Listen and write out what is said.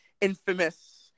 infamous